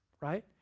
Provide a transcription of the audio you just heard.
right